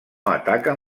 ataquen